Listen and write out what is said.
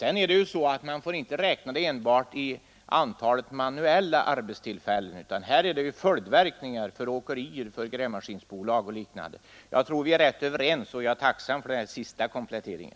Men man får inte räkna enbart med antalet manuella arbetstillfällen, utan här blir det följdverkningar för åkerier, för grävmaskinsbolag osv. Jag tror att vi är rätt överens, och jag är tacksam för den här senaste kompletteringen.